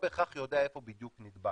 משום שאתה לא בהכרח יודע איפה בדיוק נדבקת.